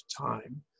time